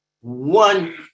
One